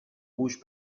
rouge